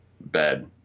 bed